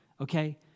okay